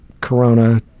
corona